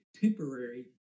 temporary